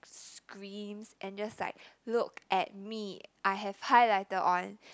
screens and just like look at me I have highlighter on